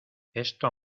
esto